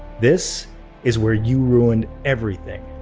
this is where you ruined everything.